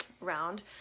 round